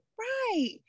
right